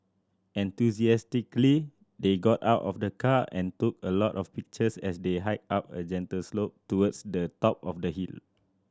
enthusiastically they got out of the car and took a lot of pictures as they hiked up a gentle slope towards the top of the hill